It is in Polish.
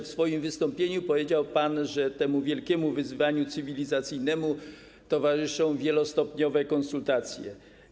W swoim wystąpieniu powiedział pan, że temu wielkiemu wyzwaniu cywilizacyjnemu towarzyszą wielostopniowe konsultacje.